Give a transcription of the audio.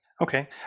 okay